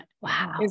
Wow